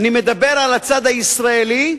ואני מדבר על הצד הישראלי,